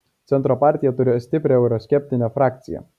centro partija turi stiprią euroskeptinę frakciją